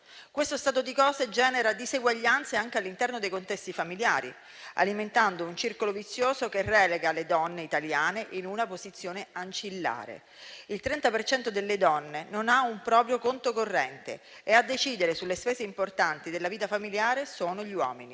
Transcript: Questo stato di cose genera diseguaglianze anche all'interno dei contesti familiari, alimentando un circolo vizioso che relega le donne italiane in una posizione ancillare. Il 30 per cento delle donne non ha un proprio conto corrente e a decidere sulle spese importanti della vita familiare sono gli uomini.